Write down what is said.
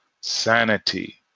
sanity